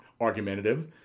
argumentative